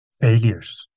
failures